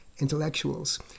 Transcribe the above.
intellectuals